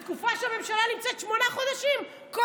בתקופה של שמונה חודשים שהממשלה נמצאת,